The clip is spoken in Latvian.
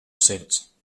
sirds